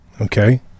okay